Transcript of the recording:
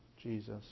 Jesus